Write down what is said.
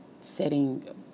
setting